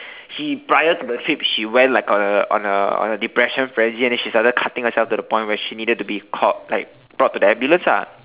she prior to the trip she went like on a on a on a depression frenzy and then she started cutting herself to the point where she needed to be called like brought to the ambulance lah